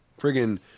friggin